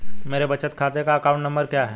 मेरे बचत खाते का अकाउंट नंबर क्या है?